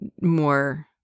more